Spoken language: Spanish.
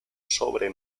sobre